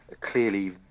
clearly